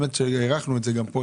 האמת שהארכנו את זה גם פה,